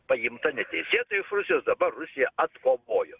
paimta neteisėtai iš rusijos dabar rusija atkovojo